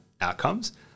outcomes